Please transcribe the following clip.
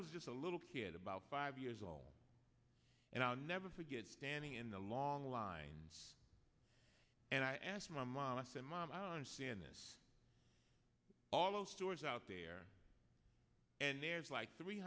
was just a little kid about five years old and i'll never forget standing in the long lines and i asked my mom i said mom i understand this all those stories out there and there's like three